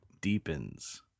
deepens